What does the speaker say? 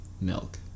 milk